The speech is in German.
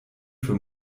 für